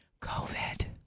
COVID